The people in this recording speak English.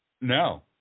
No